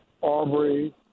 Aubrey